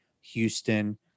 Houston